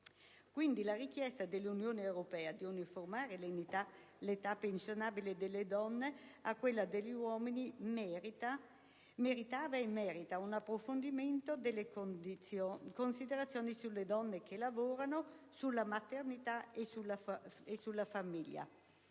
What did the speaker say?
Quindi, la richiesta dell'Unione europea di uniformare l'età pensionabile delle donne a quella degli uomini meritava e merita un approfondimento delle considerazioni sulle donne che lavorano, sulla maternità e sulla famiglia